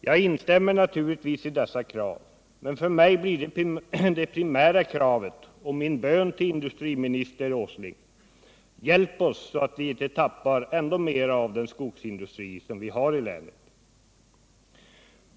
Jag instämmer naturligtvis i dessa krav. Men för mig blir det primära kravet och min bön till industriminister Åsling: Hjälp oss så att vi inte tappar ännu mer av den skogsindustri som vi har i länet!